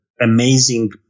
amazing